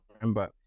remember